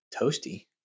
toasty